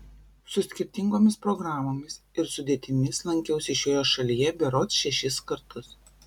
su skirtingomis programomis ir sudėtimis lankiausi šioje šalyje berods šešis kartus